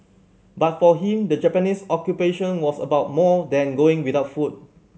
but for him the Japanese Occupation was about more than going without food